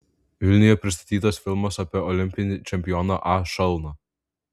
vilniuje pristatytas filmas apie olimpinį čempioną a šalną